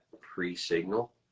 pre-signal